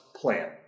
plan